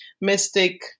mystic